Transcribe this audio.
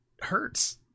hurts